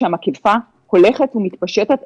שהמגפה הולכת ומתפשטת,